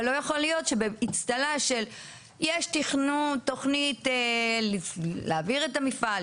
אבל לא יכול להיות שבאצטלה של יש תוכנית להעביר את המפעל,